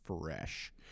fresh